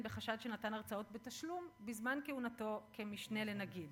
בחשד שנתן הרצאות בתשלום בזמן כהונתו כמשנה לנגיד.